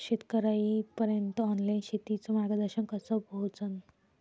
शेतकर्याइपर्यंत ऑनलाईन शेतीचं मार्गदर्शन कस पोहोचन?